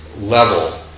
level